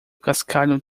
cascalho